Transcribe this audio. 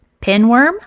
pinworm